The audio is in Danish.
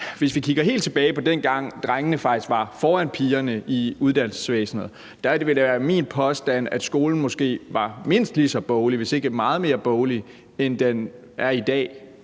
hvis vi kigger helt tilbage på dengang, drengene faktisk var foran pigerne i uddannelsesvæsenet, vil det være min påstand, at skolen måske var mindst lige så boglig, hvis ikke meget mere boglig, end den er i dag.